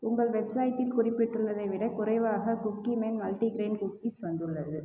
உங்கள் வெப்சைட்டில் குறிப்பிட்டுள்ளதை விட குறைவாக குக்கீ மேன் மல்டிக்ரேயின் குக்கீஸ் வந்துள்ளது